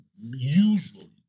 usually